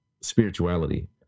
spirituality